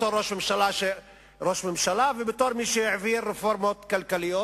בתור ראש ממשלה ובתור מי שהעביר רפורמות כלכליות,